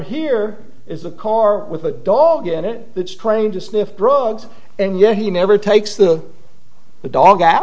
here is the car with a dog in it that's trained to sniff drugs and yet he never takes the dog out